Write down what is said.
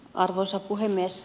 arvoisa puhemies